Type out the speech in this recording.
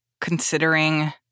considering